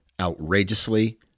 outrageously